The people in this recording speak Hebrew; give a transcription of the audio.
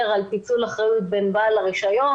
עם פיצול אחריות בין בעל הרישיון,